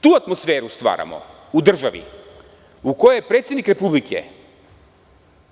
Tu atmosferu stvaramo u državi u kojoj predsednik republike,